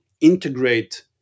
integrate